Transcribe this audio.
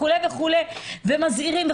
ומזהירים.